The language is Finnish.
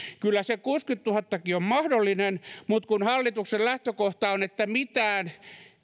kyllä se kuusikymmentätuhattakin on mahdollinen mutta kun hallituksen lähtökohta on että mitään